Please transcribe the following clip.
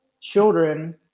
children